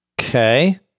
Okay